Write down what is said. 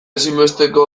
ezinbesteko